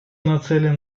нацелен